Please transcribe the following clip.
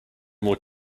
more